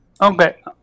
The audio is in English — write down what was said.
Okay